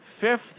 fifth